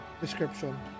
description